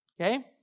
okay